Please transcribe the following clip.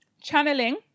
Channeling